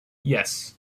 yes